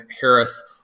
Harris